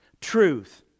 Truth